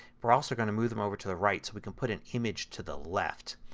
but are also going to move them over to the right so we can put an image to the left.